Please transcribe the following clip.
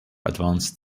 advanced